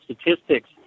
statistics